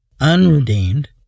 unredeemed